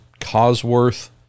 Cosworth